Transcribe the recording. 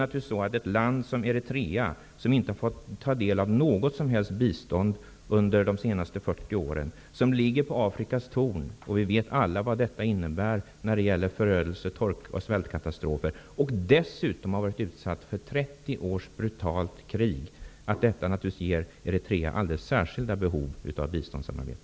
Ett land som Eritrea, som inte har fått ta del av något som helst bistånd under de senaste 40 åren och som ligger på Afrikas horn, och vi vet alla vad det innebär när det gäller förödelse och svältkatastrofer, och som dessutom har varit utsatt för 30 års brutalt krig, har naturligtvis alldeles särskilda behov av biståndssamarbete.